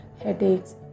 headaches